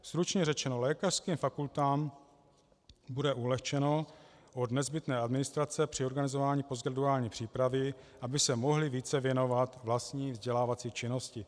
Stručně řečeno, lékařským fakultám bude ulehčeno od nezbytné administrace při organizování postgraduální přípravy, aby se mohly více věnovat vlastní vzdělávací činnosti.